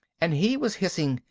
and he was hissing,